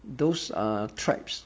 those are tribes